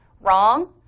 wrong